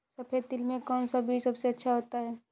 सफेद तिल में कौन सा बीज सबसे अच्छा होता है?